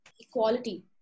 equality